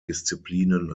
disziplinen